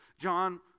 John